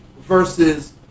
versus